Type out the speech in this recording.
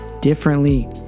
differently